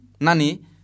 Nani